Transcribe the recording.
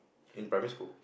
in primary school